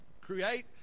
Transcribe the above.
create